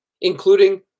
including